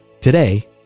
Today